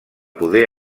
poder